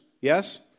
Yes